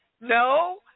No